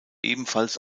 ebenfalls